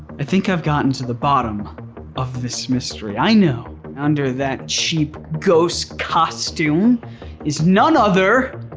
i think i've gotten to the bottom of this mystery. i know under that cheap ghost costume is none other